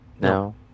No